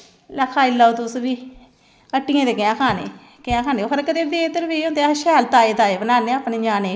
season औना जिसलै असैं मुजी लानी ऐ उसलै ना डी ऐ पी लभदा ऐ नां जूरिया लब्भदा टाईम दा